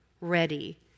ready